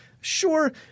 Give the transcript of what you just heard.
Sure